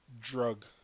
drug